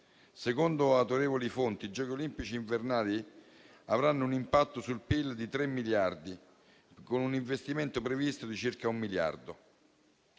Secondo autorevoli fonti, i Giochi olimpici invernali avranno un impatto sul PIL di 3 miliardi, con un investimento previsto di circa un miliardo.